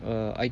uh I